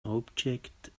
object